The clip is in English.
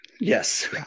Yes